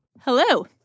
Hello